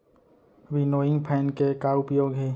Winnowing fan के का उपयोग हे?